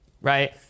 right